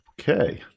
okay